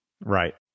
Right